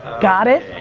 got it?